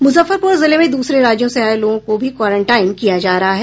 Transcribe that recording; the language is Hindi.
मुजफ्फरपुर जिले में दूसरे राज्यों से आये लोगों को भी क्वारेंटाइन किया जा रहा है